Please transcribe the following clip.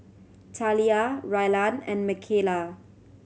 Taliyah Rylan and Makayla